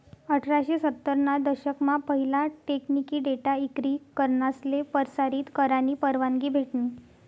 अठराशे सत्तर ना दशक मा पहिला टेकनिकी डेटा इक्री करनासले परसारीत करानी परवानगी भेटनी